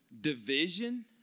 division